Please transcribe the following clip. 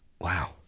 Wow